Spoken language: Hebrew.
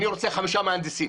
אני רוצה חמישה מהנדסים